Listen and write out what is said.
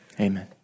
amen